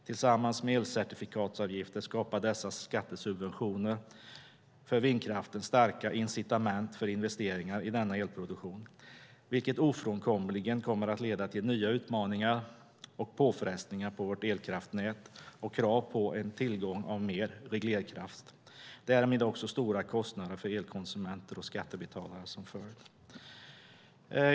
Tillsammans med elcertifikatsavgifter skapar dessa skattesubventioner för vindkraften starka incitament för investeringar i denna elproduktion, vilket ofrånkomligen kommer att leda till nya utmaningar och påfrestningar på vårt elkraftnät och krav på tillgång till mer reglerkraft, med stora kostnader för elkonsumenter och skattebetalare som följd.